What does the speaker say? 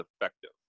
effective